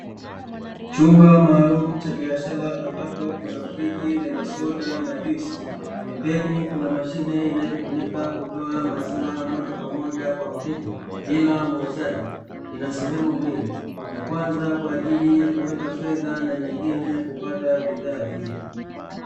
Chumba maalumu cha biashara ambapo kuna soda na juisi kwenye friji kuna mashine inayotumika kutoa maziwa moja kwa moja kwa mteja, ina sehemu mbili ya kwanza ni kwa ajili ya kuweka fedha na nyingine kupata bidhaa hiyo.